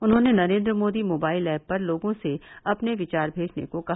उन्होंने Narendra Modi mobile app पर लोगों से अपने विचार भेजने को कहा